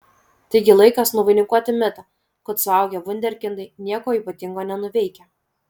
taigi laikas nuvainikuoti mitą kad suaugę vunderkindai nieko ypatingo nenuveikia